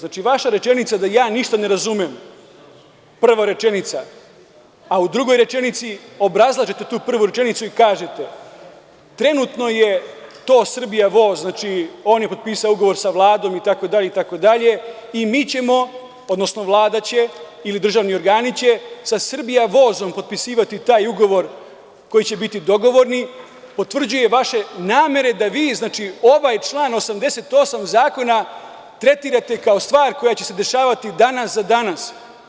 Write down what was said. Vaša rečenica da ja ništa ne razumem, prva rečenica, a u drugoj rečenici obrazlažete tu prvu rečenicu i kažete – trenutno je to „Srbija voz“, znači, on je potpisao ugovor sa Vladom itd, i mi ćemo, odnosno Vlada će ili državni organi će, sa „Srbija vozom“ potpisivati taj ugovor koji će biti dogovorni, potvrđuje vaše namere da vi ovaj član 88. zakona tretirate kao stvar koja će se dešavati danas za danas.